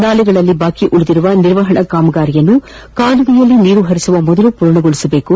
ನಾಲೆಗಳಲ್ಲಿ ಬಾಕಿ ಉಳಿದಿರುವ ನಿರ್ವಹಣಾ ಕಾಮಗಾರಿಯನ್ನು ಕಾಲುವೆಯಲ್ಲಿ ನೀರು ಹರಿಸುವ ಮೊದಲು ಪೂರ್ಣಗೊಳಿಸಬೇಕು